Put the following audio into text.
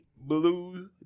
blue